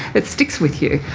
it sticks with you.